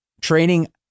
Training